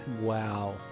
Wow